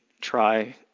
try